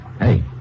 Hey